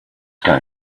guy